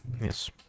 Yes